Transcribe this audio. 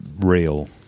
real